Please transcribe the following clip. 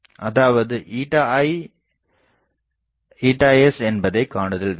அதாவது ηi ηs என்பதைக் காணுதல் வேண்டும்